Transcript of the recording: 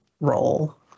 role